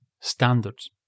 standards